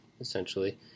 essentially